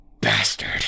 bastard